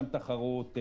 שם תחרות,